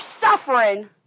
suffering